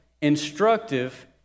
instructive